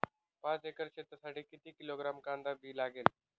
पाच एकर शेतासाठी किती किलोग्रॅम कांदा बी लागेल?